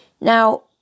Now